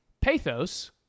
pathos